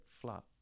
flat